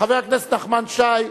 חבר הכנסת נחמן שי,